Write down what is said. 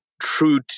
true